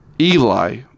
eli